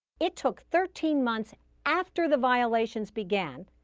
it took thirteen months after the violations began,